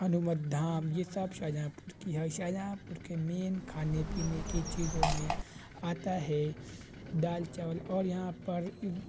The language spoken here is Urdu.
ہنومت دھام یہ سب شاہجہاں پور کی ہے شاہجہاں پور کے مین کھانے پینے کی چیزوں میں آتا ہے دال چاول اور یہاں پر